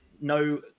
no